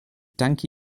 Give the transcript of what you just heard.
danke